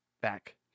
back